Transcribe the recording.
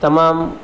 તમામ